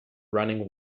running